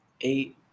eight